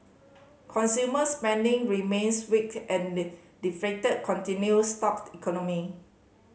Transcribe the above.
consumer spending remains weak and continue stalk the economy